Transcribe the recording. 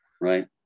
right